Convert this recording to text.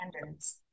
standards